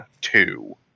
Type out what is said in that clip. two